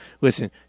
Listen